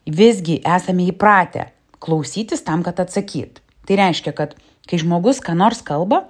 visgi esame įpratę klausytis tam kad atsakyt tai reiškia kad kai žmogus ką nors kalba